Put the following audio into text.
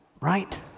Right